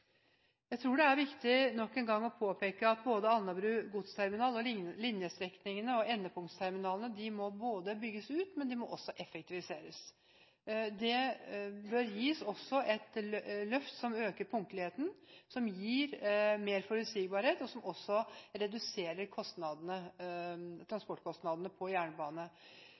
Jeg tror det er viktig nok en gang å påpeke at både Alnabru godsterminal, linjestrekningene og endepunktterminalene må bygges ut, men de må også effektiviseres. Det bør også gis et løft som øker punktligheten, som gir mer forutsigbarhet, og som reduserer transportkostnadene på jernbane.